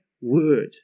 word